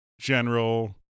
general